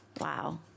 Wow